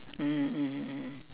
mmhmm mmhmm mm